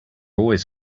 always